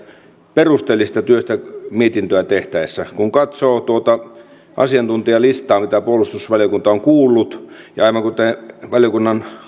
perusteellisesta työstä mietintöä tehtäessä kun katsoo tuota asiantuntijalistaa mitä puolustusvaliokunta on kuullut ja aivan kuten valiokunnan